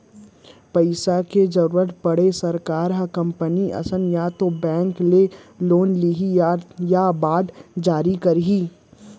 पइसा के जरुरत पड़े सरकार ह कंपनी असन या तो बेंक ले लोन लिही या बांड जारी करही